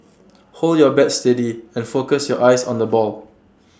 hold your bat steady and focus your eyes on the ball